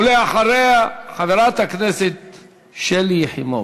ולאחריה, חברת הכנסת שלי יחימוביץ.